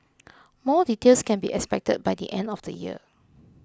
more details can be expected by the end of the year